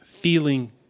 feeling